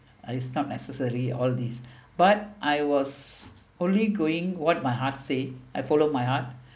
it's not necessary all these but I was only going what my heart say I followed my heart